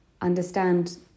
understand